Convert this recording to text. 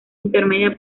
intermedia